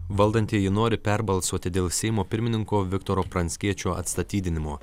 valdantieji nori perbalsuoti dėl seimo pirmininko viktoro pranckiečio atstatydinimo